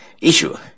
issue